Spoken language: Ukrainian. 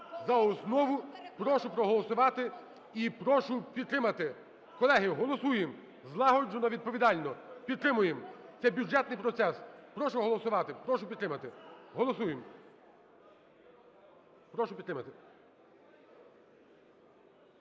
За основу прошу проголосувати і прошу підтримати. Колеги, голосуємо злагоджено, відповідально. Підтримуємо. Це бюджетний процес. Прошу голосувати. Прошу підтримати. Голосуємо. Прошу підтримати.